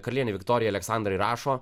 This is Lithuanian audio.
karalienė viktorija aleksandrai rašo